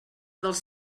dels